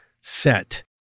set